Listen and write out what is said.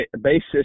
basis